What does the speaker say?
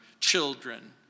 children